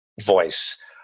voice